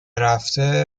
رفته